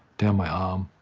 down my arm,